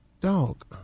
dog